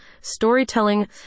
storytelling